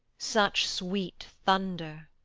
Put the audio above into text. such sweet thunder.